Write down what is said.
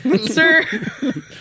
sir